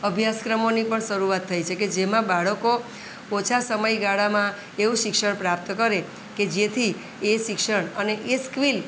અભ્યાસક્રમોની પણ શરૂઆત થઈ છે કે જેમાં આ બાળકો ઓછા સમયગાળામાં એવું શિક્ષણ પ્રાપ્ત કરે કે જેથી એ શિક્ષણ અને એ સ્કીલ